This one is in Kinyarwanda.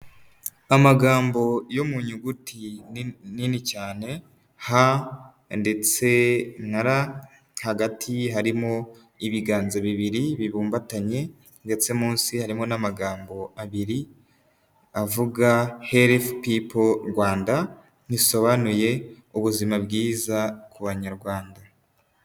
Amagambo yo mu nyuguti nini cyane Ha ndetse na Ra, hagati harimo ibiganza bibiri bibumbatanye ndetse munsi harimo n'amagambo abiri avuga helifu pipo Rwanda risobanuye ubuzima bwiza ku banyarwanda.